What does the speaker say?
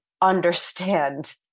understand